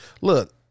Look